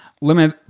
limit